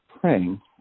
praying